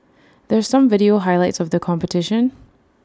there's some video highlights of the competition